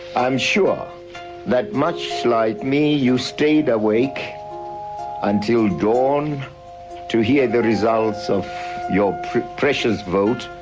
i am sure that much like me, you stayed awake until dawn to hear the results of your precious vote,